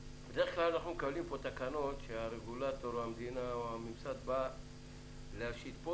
בדרך כלל אנחנו מתקנים פה תקנות שהרגולטור בא להשית על הציבור.